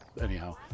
Anyhow